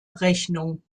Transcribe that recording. rechnung